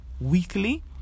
weekly